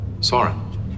Sorry